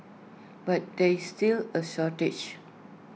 but there still A shortage